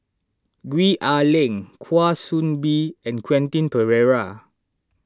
Gwee Ah Leng Kwa Soon Bee and Quentin Pereira